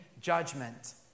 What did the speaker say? judgment